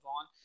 on